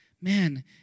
Man